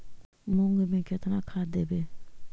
मुंग में केतना खाद देवे?